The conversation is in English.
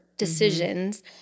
decisions